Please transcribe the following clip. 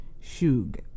shug